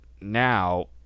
now